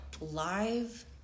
Live